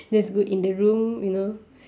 just go in the room you know